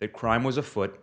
that crime was afoot